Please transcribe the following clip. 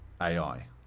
AI